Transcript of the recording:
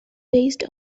based